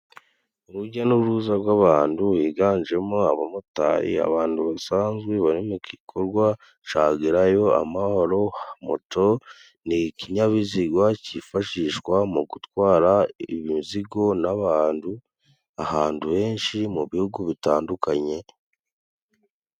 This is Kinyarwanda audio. Uruja n'uruza rw'abantu biganjemo abamotari, abantu basanzwe bari mu gikorwa ca gerayo amahoro. Moto nice ikinyabiziga cifashishwa mu gutwara imizigo n'abantu, ahantu henshi mu bihugu bitandukanye.